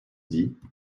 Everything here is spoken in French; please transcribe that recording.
dit